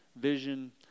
vision